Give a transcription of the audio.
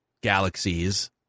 galaxies